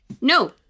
No